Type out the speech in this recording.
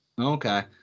Okay